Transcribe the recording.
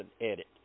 edit